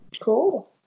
Cool